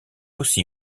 aussi